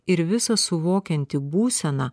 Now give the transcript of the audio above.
ir visa suvokianti būsena